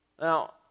Now